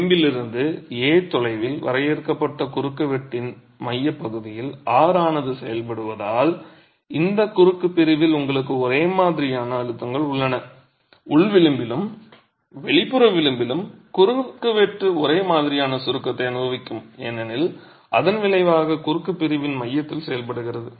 விளிம்பிலிருந்து a தொலைவில் வரையறுக்கப்பட்ட குறுக்குவெட்டின் மையப்பகுதியில் R ஆனது செயல்படுவதால் இந்த குறுக்கு பிரிவில் உங்களுக்கு ஒரே மாதிரியான அழுத்தங்கள் உள்ளன உள் விளிம்பிலும் வெளிப்புற விளிம்பிலும் குறுக்குவெட்டு ஒரே மாதிரியான சுருக்கத்தை அனுபவிக்கும் ஏனெனில் இதன் விளைவாக குறுக்கு பிரிவின் மையத்தில் செயல்படுகிறது